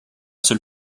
seul